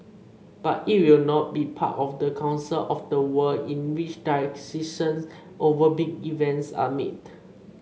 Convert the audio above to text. but it will not be part of the council of the world in which decisions over big events are made